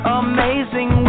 amazing